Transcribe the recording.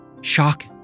shock